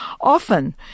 Often